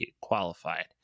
qualified